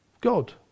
God